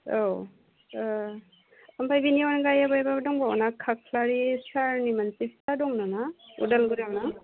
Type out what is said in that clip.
औ अ ओमफ्राय बिनि अनगायैबो बहायबाबो दंबावोना खाख्लारि सारनि मोनसे फिसा दं नामा उदालगुरियाव ना